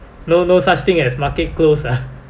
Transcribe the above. no no such thing as market closed ah